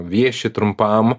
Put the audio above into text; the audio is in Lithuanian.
vieši trumpam